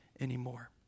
anymore